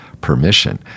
Permission